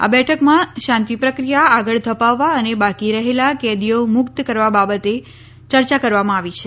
આ બેઠકમાં શાંતિ પ્રક્રિયા આગળ ધપાવવા અને બાકી રહેલા કેદીઓ મુક્ત કરવા બાબતે ચર્ચા કરવામાં આવી છે